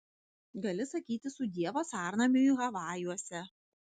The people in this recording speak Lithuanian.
gali sakyti sudie vasarnamiui havajuose